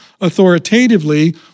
authoritatively